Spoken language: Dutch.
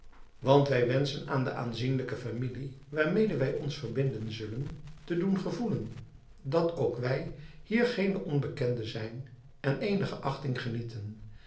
want wij wenschen aan de aanzienlijke familie waarmede wij ons verbinden zullen te doen gevoelen dat ook wij hier geene onbekenden zijn en eenige achting genieten